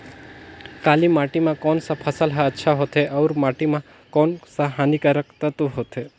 काली माटी मां कोन सा फसल ह अच्छा होथे अउर माटी म कोन कोन स हानिकारक तत्व होथे?